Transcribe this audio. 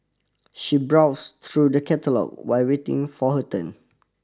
she browsed through the catalogue while waiting for her turn